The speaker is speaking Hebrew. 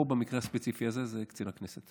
פה, במקרה הספציפי הזה, זה קצין הכנסת.